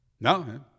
No